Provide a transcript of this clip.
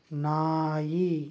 ನಾಯಿ